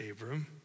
Abram